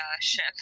ship